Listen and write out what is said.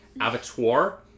Avatar